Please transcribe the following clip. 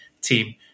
team